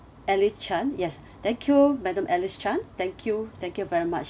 alice chan yes thank you madam alice chan thank you thank you very much